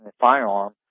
firearm